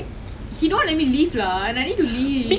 ya ya how old is he ah